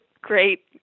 great